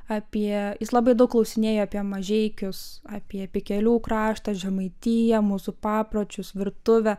apie jis labai daug klausinėjo apie mažeikius apie pikelių kraštą žemaitiją mūsų papročius virtuvę